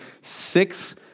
six